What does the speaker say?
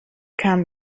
kam